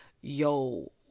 yo